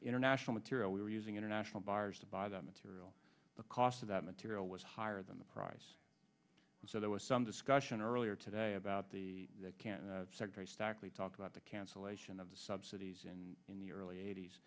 international material we were using international buyers to buy the material the cost of that material was higher than the price so there was some discussion earlier today about the can actually talk about the cancellation of the subsidies and in the early eight